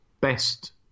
best